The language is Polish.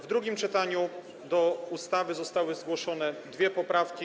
W drugim czytaniu do ustawy zostały zgłoszone dwie poprawki.